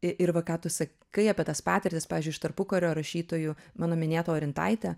i ir va ką tu sakai apie tas patirtis pavyzdžiui iš tarpukario rašytojų mano minėta orintaitė